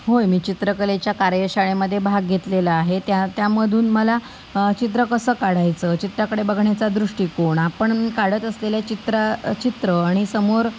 होय मी चित्रकलेच्या कार्यशाळेमध्ये भाग घेतलेला आहे त्या त्यामधूून मला चित्र कसं काढायचं चित्राकडे बघण्याचा दृष्टिकोन आपण काढत असलेलं चित्र चित्र आणि समाेर